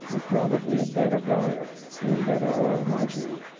and probably a better diet and better oral hygiene.